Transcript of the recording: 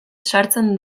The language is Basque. sartzen